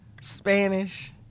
spanish